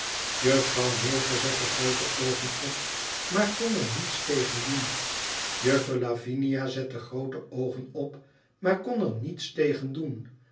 juffrouw wilfer zette groote oogen op maar kon er niets tegen doen juffer lavinia zette groote oogen op maar kon er niets tegen doen